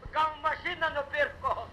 gal mašiną nupirko